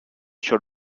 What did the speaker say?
sur